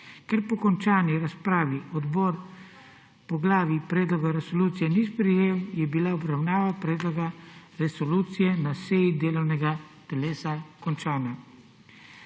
Ker po končani razpravi odbor predloga resolucije ni sprejel, je bila obravnava predloga resolucije na seji delovnega telesa končana.